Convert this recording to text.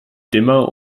dimmer